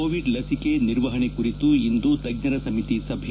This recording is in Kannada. ಕೋವಿಡ್ ಲಸಿಕೆ ನಿರ್ವಹಣೆ ಕುರಿತು ಇಂದು ತಜ್ಞರ ಸಮಿತಿ ಸಭೆ